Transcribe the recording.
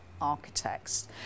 architects